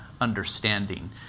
understanding